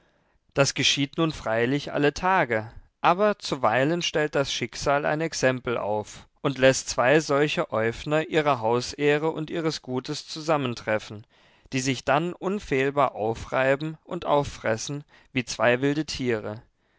das geschieht nun freilich alle tage aber zuweilen stellt das schicksal ein exempel auf und läßt zwei solche äufner ihrer hausehre und ihres gutes zusammentreffen die sich dann unfehlbar aufreiben und auffressen wie zwei wilde tiere